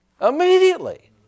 Immediately